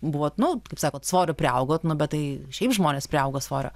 buvot nu kaip sakot svorio priaugot nu bet tai šiaip žmonės priauga svorio